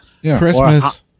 Christmas